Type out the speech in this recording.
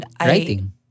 Writing